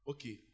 Okay